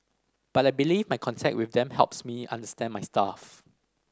but I believe my contact with them helps me understand my staff